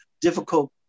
difficult